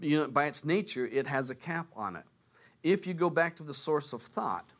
beyond by its nature it has a cap on it if you go back to the source of thought